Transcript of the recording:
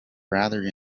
rather